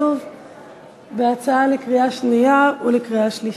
שוב הצעה לקריאה שנייה ולקריאה שלישית.